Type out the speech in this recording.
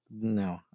No